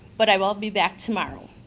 but i will be back tomorrow.